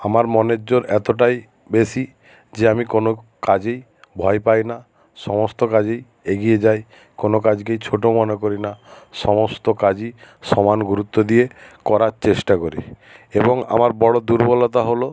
আমার মনের জোর এতোটাই বেশি যে আমি কোনো কাজেই ভয় পাই না সমস্ত কাজেই এগিয়ে যাই কোনো কাজকেই ছোটো মনে করি না সমস্ত কাজই সমান গুরুত্ব দিয়ে করার চেষ্টা করি এবং আমার বড়ো দুর্বলতা হলো